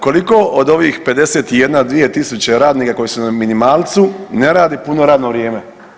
Koliko od ovih 51-2 tisuće radnika koji su na minimalcu ne radi puno radno vrijeme?